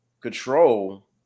control